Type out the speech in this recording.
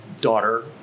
daughter